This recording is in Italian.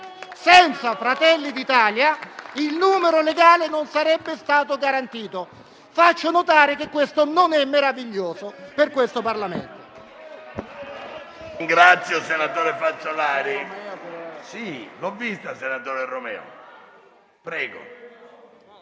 Senza Fratelli d'Italia il numero legale non sarebbe stato garantito. Faccio notare che questo non è meraviglioso per il Parlamento.